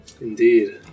Indeed